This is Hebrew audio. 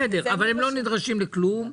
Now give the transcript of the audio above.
בסדר, אבל הם לא נדרשים לכלום.